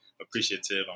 appreciative